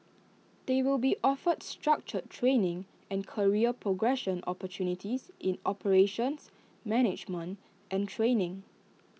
they will be offered structured training and career progression opportunities in operations management and training